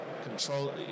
control